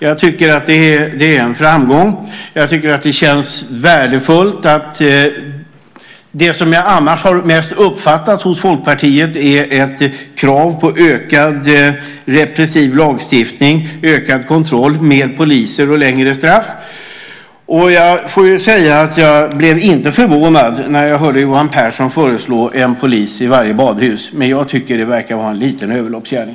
Det är en framgång. Det känns värdefullt. Det som jag annars har uppfattat hos Folkpartiet är mest krav på ökad repressiv lagstiftning, ökad kontroll, mer poliser och längre straff. Jag blev inte förvånad när jag hörde Johan Pehrson föreslå en polis i varje badhus, men jag tycker att det verkar vara en överloppsgärning.